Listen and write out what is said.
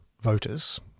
voters